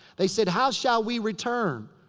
they said, how shall we return?